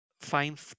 find